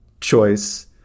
choice